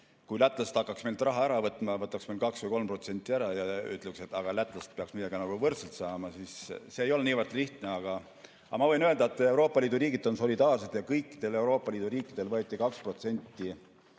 kui lätlased hakkaks meilt raha ära võtma ja võtaks meilt 2–3% ära ja ütleks, et aga lätlased peaks eestlastega võrdselt saama, siis see ei ole niivõrd lihtne. Aga ma võin öelda, et Euroopa Liidu riigid on solidaarsed ja kõikidelt Euroopa Liidu riikidelt võeti 2%